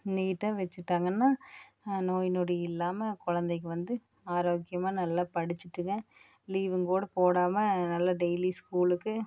நீட்டாக வெச்சுட்டாங்கன்னா நோய்நொடி இல்லாமல் குழந்தைக்கு வந்து ஆரோக்கியமாக நல்லா படிச்சுட்டுங்க லீவுகூட போடாமல் நல்லா டெய்லி ஸ்கூலுக்கு